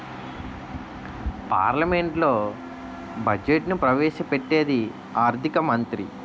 పార్లమెంట్లో బడ్జెట్ను ప్రవేశ పెట్టేది ఆర్థిక మంత్రి